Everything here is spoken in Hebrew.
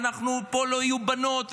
פה לא יהיו בנות,